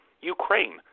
Ukraine